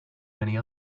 many